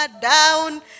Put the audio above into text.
down